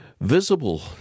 visible